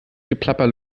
geplapper